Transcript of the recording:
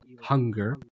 hunger